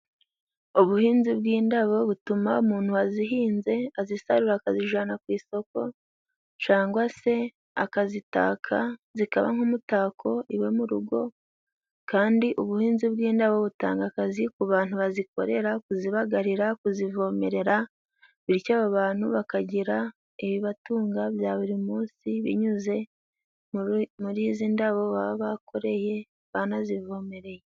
Ubuhinzi bw'indabo butuma umuntu wazihinze azisarura, akazijana ku isoko cangwa se akazitaka zikaba nk'umutako iwe mu rugo. Kandi ubuhinzi bw'indabo butanga akazi ku bantu bazikorera. Kuzibagarira, kuzivomerera, bityo abo bantu bakagira ibibatunga bya buri munsi, binyuze muri izi ndabo baba bakoreye banazivomereye.